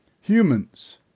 humans